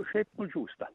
šiaip nudžiūsta